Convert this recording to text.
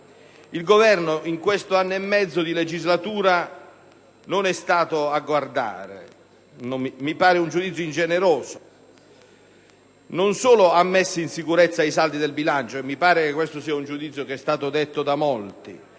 Il Governo in questo anno e mezzo di legislatura non è stato a guardare: mi sembrerebbe un giudizio ingeneroso. Non solo ha messo in sicurezza i saldi di bilancio - e mi pare che questo giudizio sia condiviso da molti